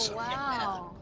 so wow.